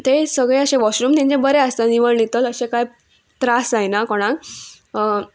ते सगळे अशे वॉशरूम तेंचे बरें आसता निवळ नितल अशें कांय त्रास जायना कोणाक